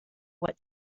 what